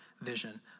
vision